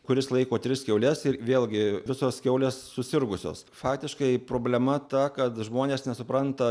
kuris laiko tris kiaules ir vėlgi visos kiaulės susirgusios faktiškai problema ta kad žmonės nesupranta